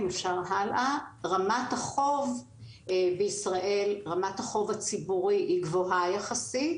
רמת החוב הציבורי בישראל היא גבוהה יחסית,